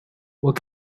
what